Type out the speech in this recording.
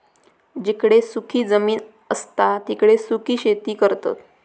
जिकडे सुखी जमीन असता तिकडे सुखी शेती करतत